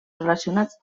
relacionats